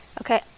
Okay